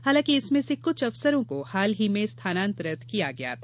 हालांकि इसमें से कुछ अफसरों को हाल ही में स्थानांतरित किया गया था